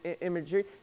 imagery